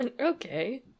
Okay